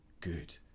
good